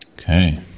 Okay